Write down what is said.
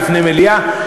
בפני מליאה,